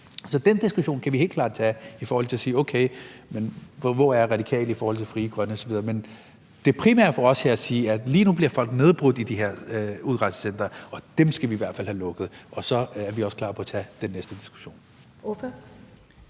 Så den diskussion kan vi helt klart tage i forhold til at sige okay. Men hvor er Radikale i forhold til Frie Grønne osv.? Det primære for os her er at sige, at lige nu bliver folk nedbrudt i de her udrejsecentre, og dem skal vi i hvert fald have lukket, og så er vi også klar på at tage den næste diskussion.